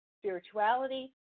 spirituality